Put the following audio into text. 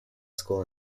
school